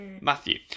Matthew